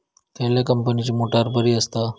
खयल्या कंपनीची मोटार बरी असता?